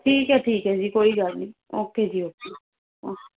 ਠੀਕ ਹੈ ਠੀਕ ਹ ਜੀ ਕੋਈ ਗੱਲ ਨਹੀਂ ਓਕੇ ਜੀ ਓਕੇ ਓਕੇ